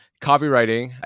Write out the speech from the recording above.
copywriting